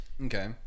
Okay